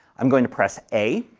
i'm going to press a,